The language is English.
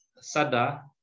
Sada